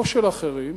לא של אחרים,